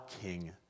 King